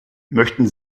möchten